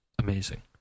Amazing